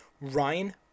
Ryan